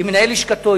עם מנהל לשכתו,